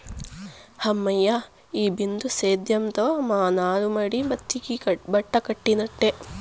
హమ్మయ్య, ఈ బిందు సేద్యంతో మా నారుమడి బతికి బట్టకట్టినట్టే